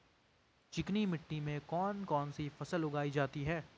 चिकनी मिट्टी में कौन कौन सी फसल उगाई जाती है?